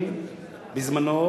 בזמני,